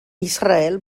israel